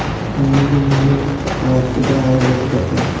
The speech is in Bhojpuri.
कवनो भी निगम कअ आय शुद्ध आय होत बाटे